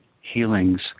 healing's